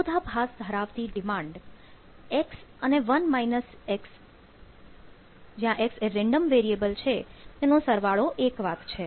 વિરોધાભાસ ધરાવતી ડિમાન્ડ નો સરવાળો એક વાત છે